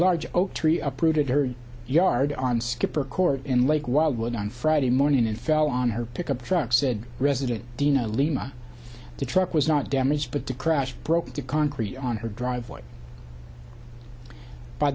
large oak tree uprooted her yard on skipper court in lake wildwood on friday morning and fell on her pickup truck said resident dena lima the truck was not damaged but the crash broke the concrete on her driveway by